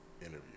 interview